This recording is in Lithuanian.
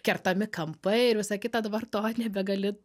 kertami kampai ir visa kita dabar to nebegali